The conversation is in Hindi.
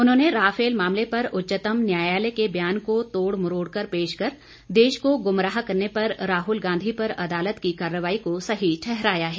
उन्होंने राफेल मामले पर उच्चतम न्यायालय के ब्यान को तोड़ मरोड़ कर पेश कर देश को गुमराह करने पर राहुल गांधी पर अदालत की कार्रवाई को सही ठहराया है